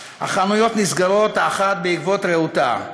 / החנויות נסגרות / האחת בעקבות רעותה.